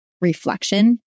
reflection